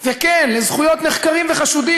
כן, לזכויות נחקרים וחשודים.